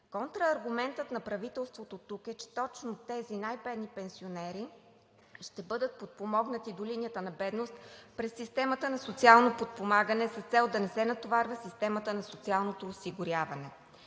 Контрааргументът на правителството тук е, че точно тези най бедни пенсионери ще бъдат подпомогнати до линията на бедност през системата на социалното подпомагане с цел да не се натоварва системата на социалното осигуряване.